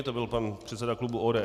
To byl pan předsedy klubu ODS.